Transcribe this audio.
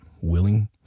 willing